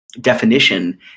definition